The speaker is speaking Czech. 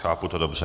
Chápu to dobře.